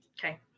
Okay